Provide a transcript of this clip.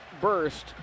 burst